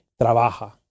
trabaja